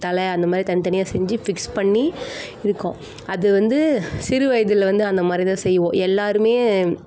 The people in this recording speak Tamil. தலை அந்தமாதிரி தனித்தனியாக செஞ்சு ஃபிக்ஸ் பண்ணி இருக்கோம் அது வந்து சிறுவயதில் வந்து அந்தமாதிரிதான் செய்வோம் எல்லாேருமே